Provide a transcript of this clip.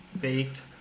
baked